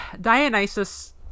Dionysus